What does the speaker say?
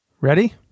Ready